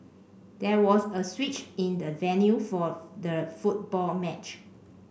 there was a switch in the venue for the football match